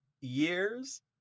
years